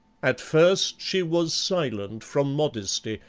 at first she was silent from modesty,